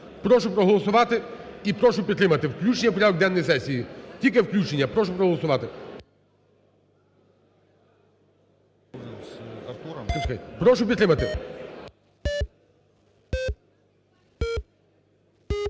Прошу проголосувати і прошу підтримати включення в порядок денний сесії. Тільки включення. Прошу проголосувати. Прошу підтримати.